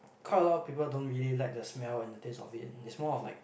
quite a lot of people don't really like the smell and the taste of it it's more of like